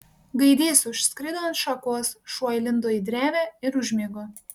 gaidys užskrido ant šakos šuo įlindo į drevę ir užmigo